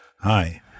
Hi